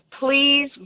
please